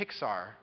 Pixar